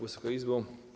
Wysoka Izbo!